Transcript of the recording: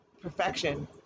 perfection